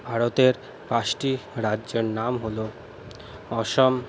ভারতের পাঁচটি রাজ্যের নাম হলো অসম